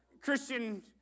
Christian